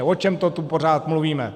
O čem to tu pořád mluvíme?